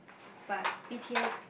but b_t_s